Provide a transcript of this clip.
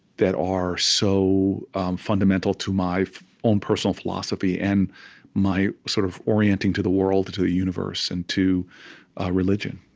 that are so fundamental to my own personal philosophy and my sort of orienting to the world, to the universe, and to ah religion